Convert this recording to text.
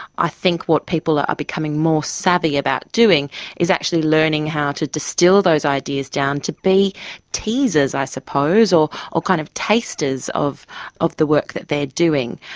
i think what people are becoming more savvy about doing is actually learning how to distil those ideas down to be teasers, i suppose, or or kind of tasters of of the work that they are doing.